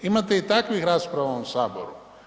Imate i takvih rasprava u ovom Saboru.